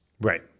Right